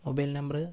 mobile number